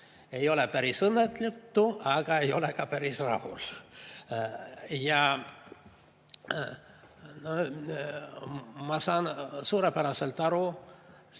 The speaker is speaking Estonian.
Ei ole päris õnnetu, aga ei ole ka päris rahul. Ma saan suurepäraselt aru